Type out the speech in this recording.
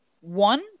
one